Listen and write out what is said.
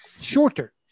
shorter